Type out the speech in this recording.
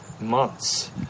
months